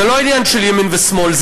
זה לא עניין של ימין ושמאל,